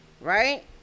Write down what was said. Right